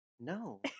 No